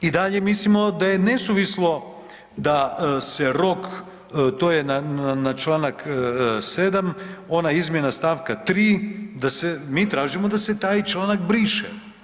I dalje mislimo da je nesuvislo da se rok, to je na čl. 7. ona izmjena st. 3., da se, mi tražimo da se taj članak briše.